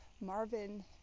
Marvin